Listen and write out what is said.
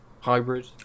Hybrid